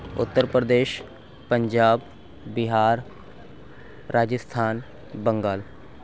Uttar Pradesh Punjab Bihar Rajasthan Bengal